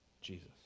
Jesus